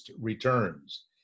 returns